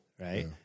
right